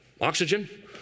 oxygen